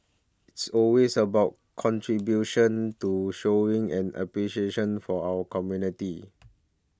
it's always about contribution to showing and appreciation for our community